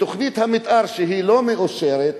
ותוכנית המיתאר לא מאושרת,